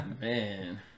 Man